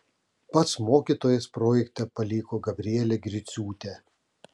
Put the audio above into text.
pats mokytojas projekte paliko gabrielę griciūtę